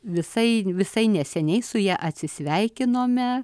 visai visai neseniai su ja atsisveikinome